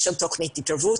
אכיפה,